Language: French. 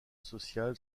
social